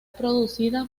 producida